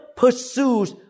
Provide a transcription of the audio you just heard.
pursues